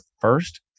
first